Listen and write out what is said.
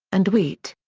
and wheat.